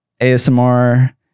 ASMR